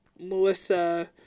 Melissa